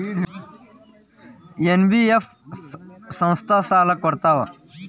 NBF ಸಂಸ್ಥಾ ಸಾಲಾ ಕೊಡ್ತಾವಾ?